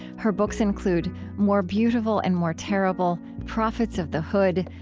her books include more beautiful and more terrible, prophets of the hood,